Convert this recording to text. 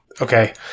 Okay